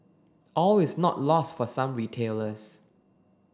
all is not lost for some retailers